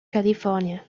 california